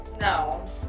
No